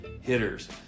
hitters